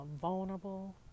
vulnerable